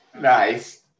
Nice